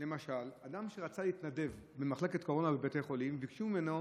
למשל אדם שרצה להתנדב במחלקת קורונה בבתי חולים וביקשו ממנו